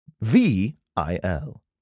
V-I-L